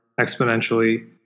exponentially